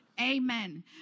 Amen